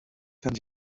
kann